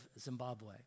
Zimbabwe